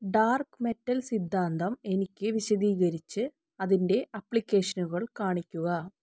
dark metal സിദ്ധാന്തം എനിക്ക് വിശദീകരിച്ച് അതിന്റെ അപ്ലിക്കേഷനുകൾ കാണിക്കുക